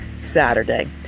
Saturday